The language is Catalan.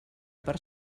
per